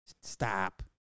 Stop